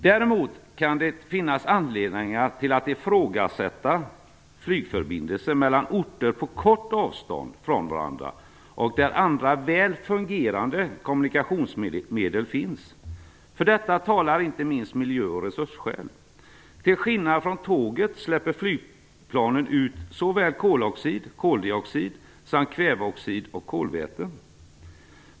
Däremot kan det finnas anledning att ifrågasätta flygförbindelser mellan orter på kort avstånd från varandra, där andra väl fungerande kommunikationsmedel finns. För detta talar inte minst miljö och resursskäl. Till skillnad från tåget släpper flygplanen ut såväl koloxid och koldioxid som kväveoxid och kolväten.